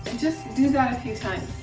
and just do that a few times.